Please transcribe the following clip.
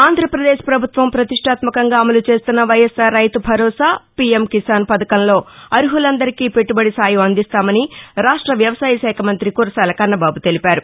ఆంధ్రాపదేశ్ పభుత్వం పతిష్టాత్మకంగా అమలు చేస్తున్న వైఎస్సార్ రైతు భరోసా పీఎం కిసాన్ పథకం లో అర్ములందరికి పెట్లుబడి సాయం అందిస్తామని రాష్ట వ్యవసాయ శాఖ మంత్రి కురసాల కన్నబాబు తెలిపారు